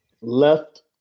left